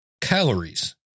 calories